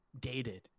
dated